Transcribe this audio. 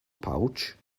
pouch